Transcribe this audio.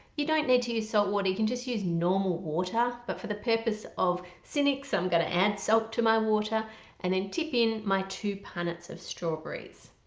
you don't need to use salt water you can just use normal water but for the purpose of cynics i'm gonna add salt to my water and then tip in my two punnets of strawberries.